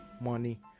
money